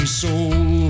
soul